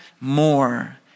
more